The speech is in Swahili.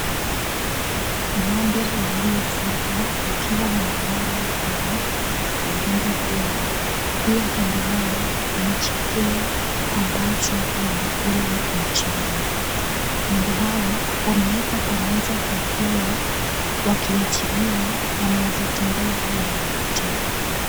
Ngombe waliofugwa wakiwa wamelala kwenye vyumba vyao, pia kando yao kuna chakula ambacho wanakila mchana . Ngombe hawa wamewekwa pamoja kwa kuwa wakiachiliwa wanaweza tembea hadi wapotee.